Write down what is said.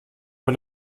bei